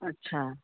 अच्छा